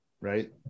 right